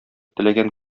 теләгән